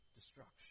destruction